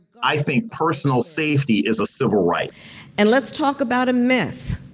i think personal safety is a civil right and let's talk about a myth,